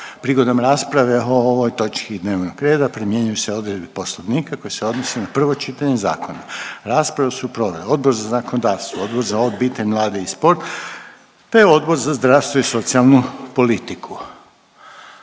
Prigodom rasprave o ovoj točki dnevnog reda primjenjuju se odredbe Poslovnika koje se odnose na prvo čitanje zakona. Raspravu su proveli Odbor za zakonodavstvo, Odbor za obitelj, mlade i sport, te Odbor za zdravstvo i socijalnu politiku.